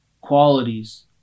qualities